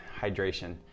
hydration